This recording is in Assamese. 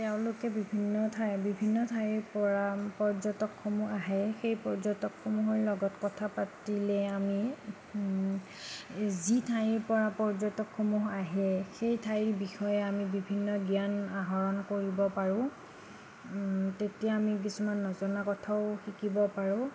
তেওঁলোকে বিভিন্ন ঠাইত বিভিন্ন ঠাইৰ পৰা পৰ্যটকসমূহ আহে সেই পৰ্যটকসমূহৰ লগত কথা পাতিলে আমি যি ঠাইৰ পৰা পৰ্যটকসমূহ আহে সেই ঠাইৰ বিষয়ে আমি বিভিন্ন জ্ঞান আহৰণ কৰিব পাৰোঁ তেতিয়া আমি কিছুমান নজনা কথাও শিকিব পাৰোঁ